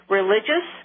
religious